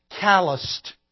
calloused